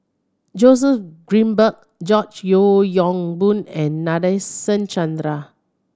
Joseph Grimberg George Yeo Yong Boon and Nadasen Chandra